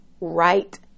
right